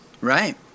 right